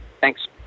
Thanks